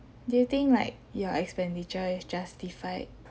do you think like your expenditure is justified